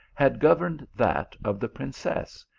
had governed that of the princess,